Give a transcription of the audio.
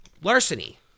Larceny